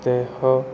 ଦେହ